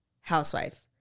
housewife